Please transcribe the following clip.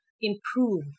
improve